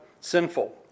sinful